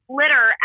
litter